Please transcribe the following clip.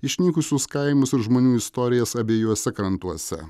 išnykusius kaimus ir žmonių istorijas abiejuose krantuose